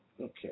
Okay